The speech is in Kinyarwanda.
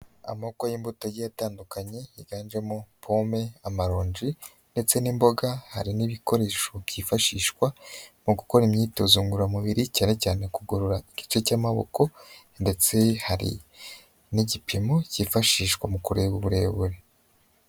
Amoko y'imbuto agiye atandukanye yiganjemo pome, amaronji ndetse n'imboga hari n'ibikoresho byifashishwa mu gukora imyitozo ngororamubiri cyane cyane kugorora igice cy'amaboko ndetse hari n'igipimo cyifashishwa mu kureba uburebure.